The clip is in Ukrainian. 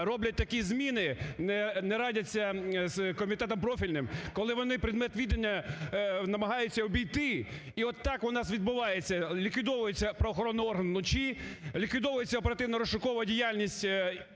роблять такі зміни, не радяться з комітетом профільним, коли вони предмет відання намагаються обійти і отак і нас відбувається – ліквідовується правоохоронний орган вночі, ліквідовується оперативно-розшукова діяльність